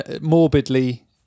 morbidly